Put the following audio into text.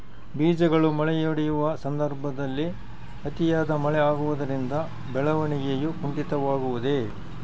ಬೇಜಗಳು ಮೊಳಕೆಯೊಡೆಯುವ ಸಂದರ್ಭದಲ್ಲಿ ಅತಿಯಾದ ಮಳೆ ಆಗುವುದರಿಂದ ಬೆಳವಣಿಗೆಯು ಕುಂಠಿತವಾಗುವುದೆ?